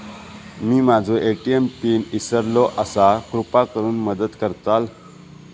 मी माझो ATM pin इसरलो आसा कृपा करुन मदत करताल